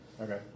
Okay